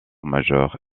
majeurs